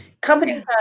companies